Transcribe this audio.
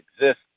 exist